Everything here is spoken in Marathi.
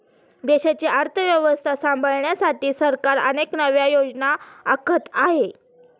देशाची अर्थव्यवस्था सांभाळण्यासाठी सरकार अनेक नव्या योजना आखत आहे